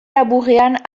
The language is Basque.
laburrean